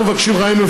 אנחנו מבקשים ממך,